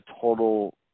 total –